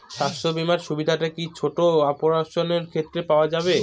স্বাস্থ্য বীমার সুবিধে কি ছোট অপারেশনের ক্ষেত্রে পাওয়া যাবে?